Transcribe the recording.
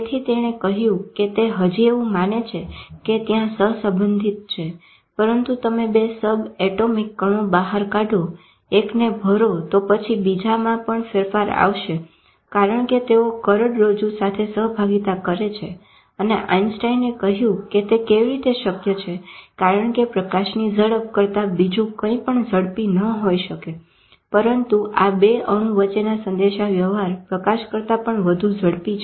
તેથી તેણે કહ્યું કે તે હજી એવું માને છે કે ત્યાં સહસંબંધીત છે પરંતુ તમે બે સબએટોમિક કણો બહાર કાઢો એકને ભરો તો પછી બીજામાં પણ ફેરફાર આવશે કારણ કે તેઓ કરોડ રજ્જુ સાથે સહભાગિતા કરે છે અને આઇન્સ્ટાઇનએ કહ્યું કે તે કેવી રીતે શક્ય છે કારણ કે પ્રકાશની ઝડપ કરતા બીજું કંઈપણ ઝડપી ન હોય શકે પરંતુ આ બે અણુ વચ્ચેનો સંદેશાવ્યવહાર પ્રકાશ કરતા વધુ ઝડપી છે